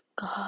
God